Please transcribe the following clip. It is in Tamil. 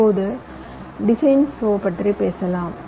இப்போது டிசைன் ப்லோ பற்றி பேசலாம்